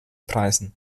preisen